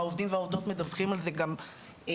העובדות והעובדים מדווחים על זה גם בשטח,